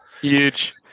Huge